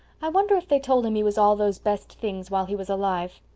i wonder if they told him he was all those best things while he was alive.